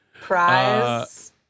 Prize